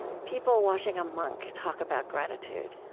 people watching a monk talk about gratitude.